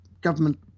government